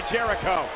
Jericho